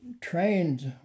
trains